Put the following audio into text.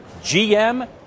GM